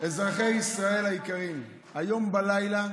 אזרחי ישראל היקרים, היום בלילה,